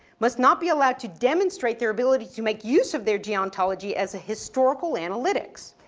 must not be allowed to demonstrate their ability to make use of their geontology as a historical analytics.